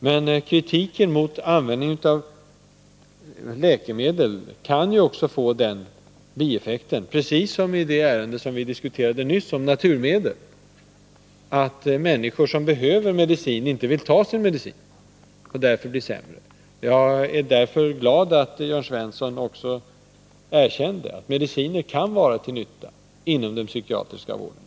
Men kritik mot användningen av läkemedel kan också få den bieffekten, att människor som behöver medicin inte vill ta denna och av den anledningen blir sämre. Det har skett på andra vårdområden — jag kan hänvisa till den debatt vi nyss hade om naturläkemedel. Jag är därför glad att Jörn Svensson erkände att mediciner kan vara till nytta inom den psykiatriska vården.